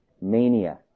mania